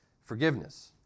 forgiveness